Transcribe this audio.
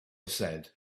said